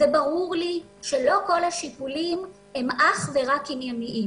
וברור לי שלא כל השיקולים הם אך ורק ענייניים.